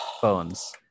phones